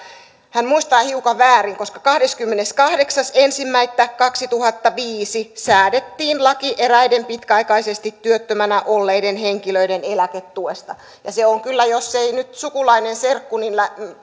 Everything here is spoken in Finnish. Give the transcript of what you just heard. hän muistaa hiukan väärin koska kahdeskymmeneskahdeksas ensimmäistä kaksituhattaviisi säädettiin laki eräiden pitkäaikaisesti työttömänä olleiden henkilöiden eläketuesta ja se on kyllä jos ei nyt sukulainen serkku niin